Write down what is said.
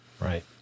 right